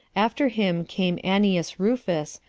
after him came annius rufus,